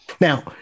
Now